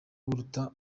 buruta